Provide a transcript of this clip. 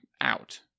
out